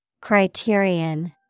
Criterion